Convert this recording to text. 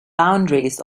boundaries